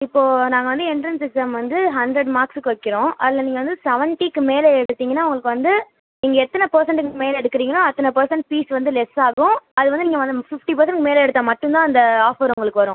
இப்போது நாங்கள் வந்து எண்ட்ரென்ஸ் எக்ஸாம் வந்து ஹண்ட்ரட் மார்க்ஸுக்கு வைக்கிறோம் அதில் நீங்கள் வந்து செவன்டீக்கு மேலே எடுத்தீங்கன்னா உங்களுக்கு வந்து நீங்கள் எத்தனை பர்செண்ட்டேஜுக்கு மேலே எடுக்குறீங்களோ அத்தனை பர்செண்ட் ஃபீஸ் வந்து லெஸ் ஆகும் அது வந்து நீங்கள் வந்து ஃபிஃப்டி பர்செண்ட்டுக்கு மேலே எடுத்தால் மட்டும் தான் அந்த ஆஃபர் உங்களுக்கு வரும்